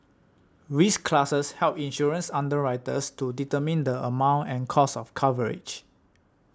risk classes help insurance underwriters to determine the amount and cost of coverage